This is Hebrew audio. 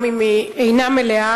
גם אם היא אינה מלאה.